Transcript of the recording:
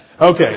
Okay